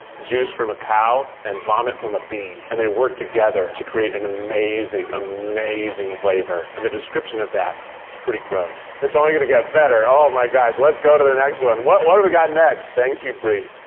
juice from a cow and vomit from a bee, and they work together to create an amazing, amazing flavor. and the description of that is pretty gross. it's only going to get better. oh my gosh, let's go the next one. what what do we got next? thank you, brie.